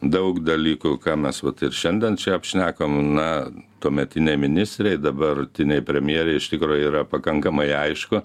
daug dalykų ką mes vat ir šiandien čia apšnekam na tuometinei ministrei dabartinei premjerei iš tikro yra pakankamai aišku